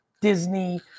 Disney